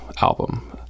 album